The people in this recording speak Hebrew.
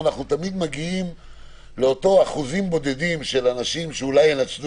אנחנו מגיעים תמיד לאותם אחוזים בודדים של אנשים שאולי ינצלו